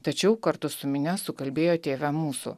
tačiau kartu su minia sukalbėjo tėve mūsų